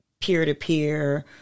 peer-to-peer